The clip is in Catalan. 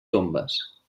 tombes